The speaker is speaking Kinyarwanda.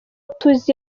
tuzi